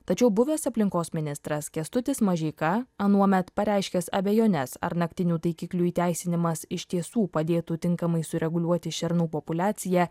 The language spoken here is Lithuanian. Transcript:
tačiau buvęs aplinkos ministras kęstutis mažeika anuomet pareiškęs abejones ar naktinių taikiklių įteisinimas iš tiesų padėtų tinkamai sureguliuoti šernų populiaciją